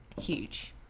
Huge